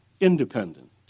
independent